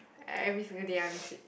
every single day I miss it